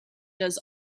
does